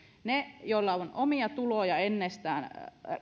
että niille joilla on omia tuloja ennestään